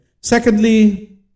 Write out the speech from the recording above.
secondly